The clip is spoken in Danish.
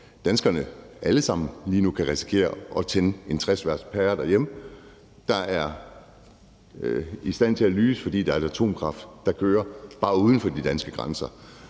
danskere alle sammen lige nu kan risikere at tænde en 60-wattspære derhjemme, der er i stand til at lyse, fordi der er et atomkraftværk, der kører, men bare uden for de danske grænser.